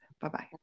Bye-bye